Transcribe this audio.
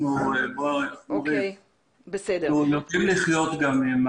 אנחנו לומדים לחיות גם עם